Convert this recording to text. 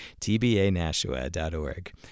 TBANashua.org